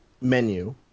Menu